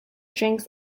drinks